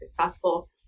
successful